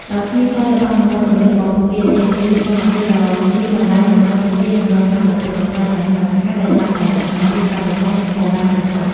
បើគ្មានការលះបង់ និងវត្តមានរបស់ពួកគេទេ ធនធានធម្មជាតិដ៏មានតម្លៃរបស់កម្ពុជានឹងរងការបំផ្លិចបំផ្លាញយ៉ាងឆាប់រហ័ស ដោយសារតែសកម្មភាពកាប់បំផ្លាញ និងបរបាញ់ខុសច្បាប់។